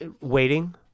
waiting